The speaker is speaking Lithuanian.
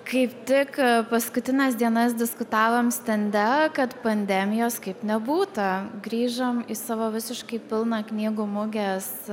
kaip tik paskutines dienas diskutavom stende kad pandemijos kaip nebūta grįžom į savo visiškai pilną knygų mugės